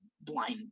blind